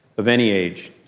of any age.